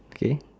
okay